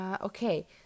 Okay